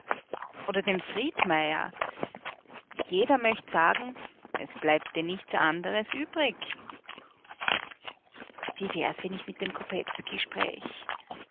oder den friedmaier jeder möcht sagen es bleibt dir nichts anderes übrig wie wär's wenn ich mit dem